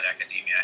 academia